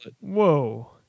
whoa